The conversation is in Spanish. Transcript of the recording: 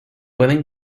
pueden